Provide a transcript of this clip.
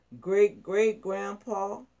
Great-great-grandpa